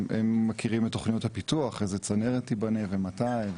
הם מכירים את תוכניות הפיתוח איזו צנרת תיבנה ומתי,